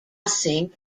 think